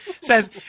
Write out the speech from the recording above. Says